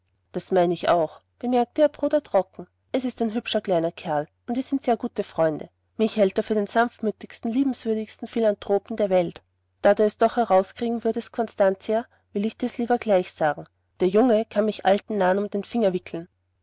das meine ich auch bemerkte ihr bruder trocken es ist ein hübscher kleiner kerl und wir sind sehr gute freunde mich halt er für den sanftmütigsten liebenswürdigsten philanthropen der welt da du es doch herauskriegen würdest constantia will ich dir's lieber gleich sagen der junge kann mich alten narren um den finger wickeln